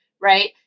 right